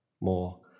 more